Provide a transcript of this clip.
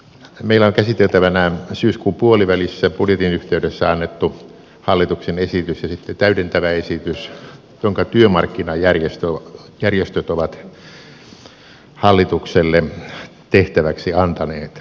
meillä on käsiteltävänä syyskuun puolivälissä budjetin yhteydessä annettu hallituksen esitys ja sitten täydentävä esitys jonka työmarkkinajärjestöt ovat hallitukselle tehtäväksi antaneet